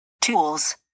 Tools